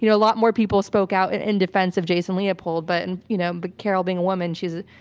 you know a lot more people spoke out in in defense of jason leopold, but, and you know, but carol being a woman, she's